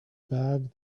bag